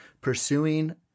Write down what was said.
pursuing